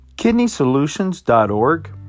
KidneySolutions.org